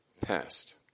past